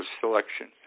selection